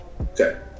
okay